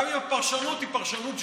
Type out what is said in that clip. גם אם הפרשנות היא פרשנות שגויה.